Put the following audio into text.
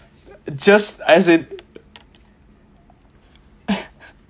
just as in